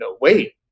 wait